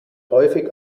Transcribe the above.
häufig